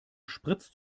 spritzt